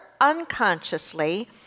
unconsciously